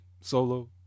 solo